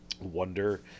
wonder